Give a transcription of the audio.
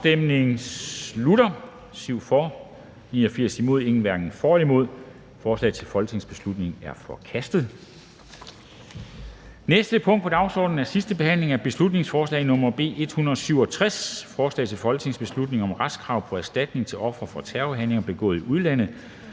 ALT og Naser Khader (UFG)), hverken for eller imod stemte 0. Forslaget til folketingsbeslutning er forkastet. --- Det næste punkt på dagsordenen er: 20) 2. (sidste) behandling af beslutningsforslag nr. B 167: Forslag til folketingsbeslutning om retskrav på erstatning til ofre for en terrorhandling begået i udlandet.